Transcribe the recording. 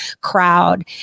crowd